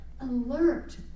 alert